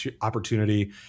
opportunity